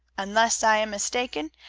unless i am mistaken,